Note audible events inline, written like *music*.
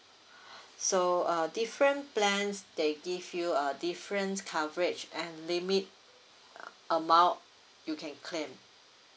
*breath* so uh different plans they give you a difference coverage and limit uh amount you can claim